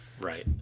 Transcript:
Right